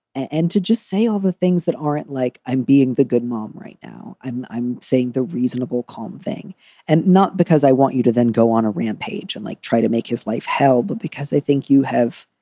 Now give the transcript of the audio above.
and to just say all the things that aren't like i'm being the good mom right now, i'm i'm saying the reasonable calm thing and not because i want you to then go on a rampage and like try to make his life hell. but because i think you have.